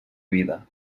vida